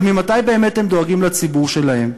אבל ממתי באמת הם דואגים לציבור שלהם?